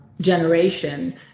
generation